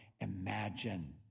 imagine